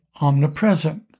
omnipresent